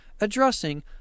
addressing